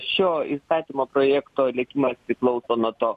šio įstatymo projekto likimas priklauso nuo to